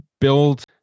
build